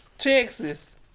Texas